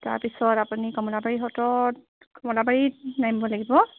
তাৰপিছত আপুনি কমলাবাৰী সত্ৰত কমলাবাৰীত নামিব লাগিব